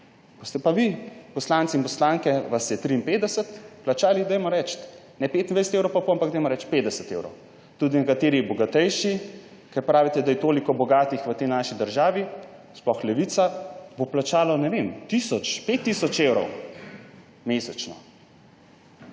Boste pa vi poslanke in poslanci, vas je 53, plačali, dajmo reči ne 25,5 evrov, ampak dajmo reči 50 evrov. Tudi nekateri bogatejši, ker pravite, da je toliko bogatih v tej naši državi, sploh Levica, bo plačalo, ne vem, tisoč, 5 tisoč evrov mesečno.